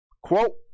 quote